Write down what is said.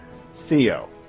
Theo